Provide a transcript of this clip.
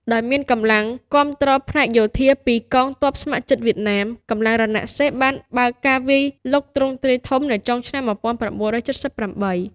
ដោយមានការគាំទ្រផ្នែកយោធាពីកងទ័ពស្ម័គ្រចិត្តវៀតណាម កម្លាំងរណសិរ្សបានបើកការវាយលុកទ្រង់ទ្រាយធំនៅចុងឆ្នាំ ១៩៧៨។